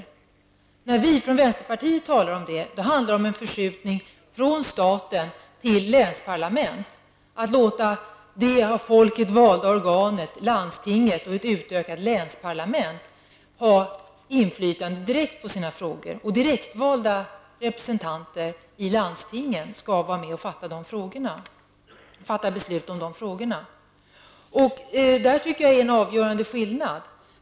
Men när vi från vänsterpartiet talar om samma sak rör det sig om en förskjutning från staten till länsparlament, att låta det av folket valda organet, landstinget, och ett utökat länsparlament ha direkt inflytande på frågorna. Direktvalda representanter i landstingen skall vara med om att besluta i dessa frågor. Där tycker jag att det finns en avgörande skillnad.